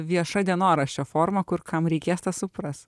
vieša dienoraščio forma kur kam reikės tas supras